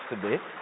today